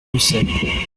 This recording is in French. musset